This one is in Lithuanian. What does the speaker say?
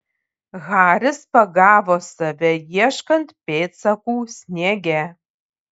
haris pagavo save ieškant pėdsakų sniege